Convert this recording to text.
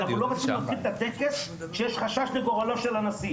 לא רצינו להתחיל את הטקס כשיש חשש לגורלו של הנשיא.